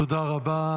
תודה רבה.